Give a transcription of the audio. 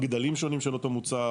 גדולים שונים של אותו מוצר.